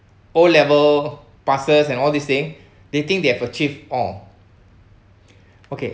O level passes and all these thing they think they have achieved all okay